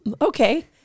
okay